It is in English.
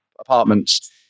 apartments